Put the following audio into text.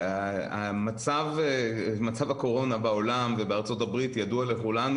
מצב הקורונה בעולם ובארצות הברית ידוע לכולנו